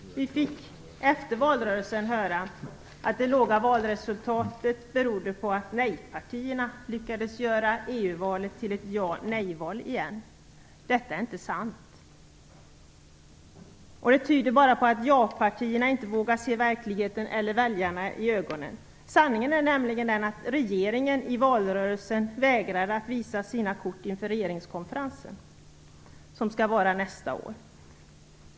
Vi fick efter valrörelsen höra att det låga valresultatet berodde på att nej-partierna lyckades göra EU-valet till ett jaeller nejval igen. Detta är inte sant. Det tyder bara på att japartierna inte vågar se verkligheten eller väljarna i ögonen. Sanningen är nämligen den att regeringen i valrörelsen vägrade att visa sina kort inför regeringskonferensen som skall hållas nästa år.